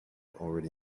already